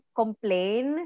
complain